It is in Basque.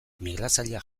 migratzaileak